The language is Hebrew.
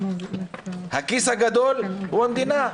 הכיס הגדול הוא המדינה.